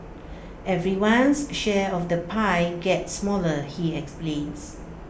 everyone's share of the pie gets smaller he explains